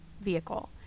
vehicle